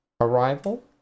arrival